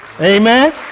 amen